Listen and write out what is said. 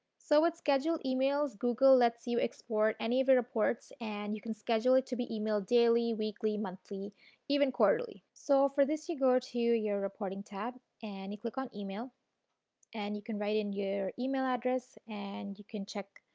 so, what scheduled emails google lets you export any of the reports and you can schedule it to be emailed daily, weekly, monthly even quarterly. so for this you go to your reporting tab and click on email and you can write in your email address and you can check